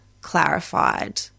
clarified